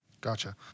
Gotcha